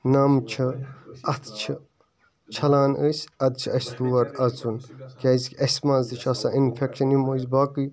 نَم چھِ اَتھہٕ چھِ چھَلان أسۍ اَدٕ چھُ اسہِ تور اَژُن کیٛازِکہِ اسہِ مَنٛز تہِ چھُ آسان اِنفیٚکشَن یِم أسی باقٕے